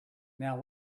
now